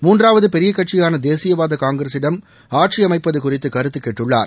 முன்றாவது பெரிய கட்சியான தேசியவாத காங்கிரஸிடம் ஆட்சியமைப்பது குறித்து கருத்து கேட்டுள்ளார்